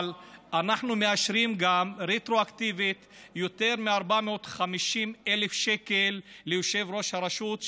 אבל אנחנו מאשרים רטרואקטיבית גם יותר מ-450,000 שקל ליושב-ראש הרשות,